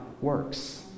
works